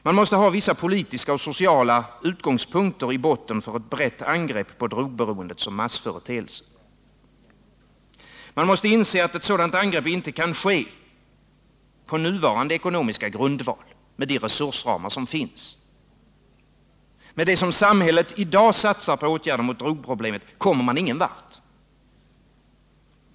Man måste ha vissa politiska och sociala utgångspunkter i botten för ett brett angrepp på drogberoendet som massföreteelse. Man måste inse att ett sådant angrepp inte kan ske på nuvarande ekonomiska grundval med de resursramar som finns. Med det som samhället i dag satsar på åtgärder mot drogproblemen kommer man ingen vart.